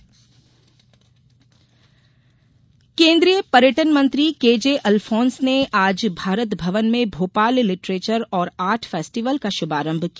literature festival केन्द्रीय पर्यटन मंत्री केजे अलफोन्स ने आज भारत भवन में भोपाल लिटरेचर और आर्ट फेस्टिवल का शुभारंभ किया